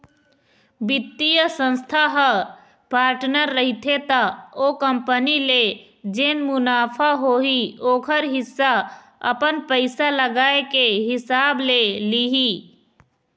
बित्तीय संस्था ह पार्टनर रहिथे त ओ कंपनी ले जेन मुनाफा होही ओखर हिस्सा अपन पइसा लगाए के हिसाब ले लिही